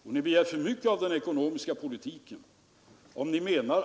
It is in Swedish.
att jag avslöjar det här.